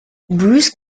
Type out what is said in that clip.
bruce